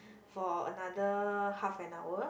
for another half an hour